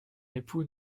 époux